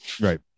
Right